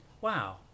Wow